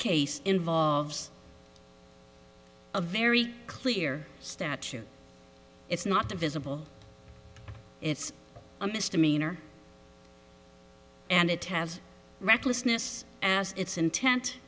case involves a very clear statute it's not visible it's a misdemeanor and it has recklessness as its inten